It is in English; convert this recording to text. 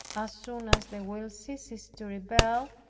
as soon as the will ceases to rebel,